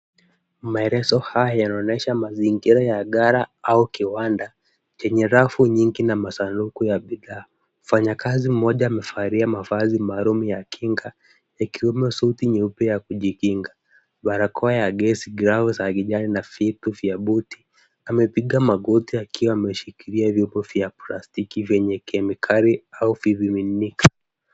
Maelezo haya yanaonyesha mazingira ya gala au kiwanda, chenye rafu nyingi na masanduku ya bidhaa. Mfanyakazi mmoja amevalia mavazi maalum ya kinga, ikiwemo suti nyeupe ya kujikinga, barakoa ya gesi, glavu za kijani na viatu vya buti, amepiga magoti akiwa ameshikilia vyombo vya plastiki vyenye kemikali au vimiminika.